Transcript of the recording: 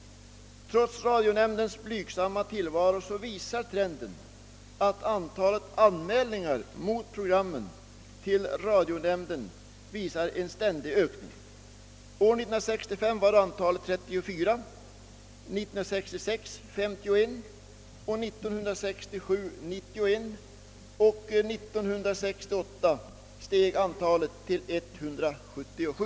Trots radionämndens blygsamma tillvaro visar trenden att antalet anmälningar i radionämnden mot programmen ständigt ökar. År 1965 var antalet 34. år 1966 utgjorde antalet 51, och år 1967 var det 91. år 1968 steg siffran till 177.